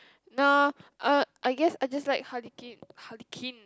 no uh I guess I just like Harley-Quinn Harley-Quinn